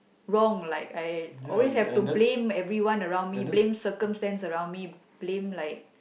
wrong like I always have to blame everyone around me blame circumstance around me blame like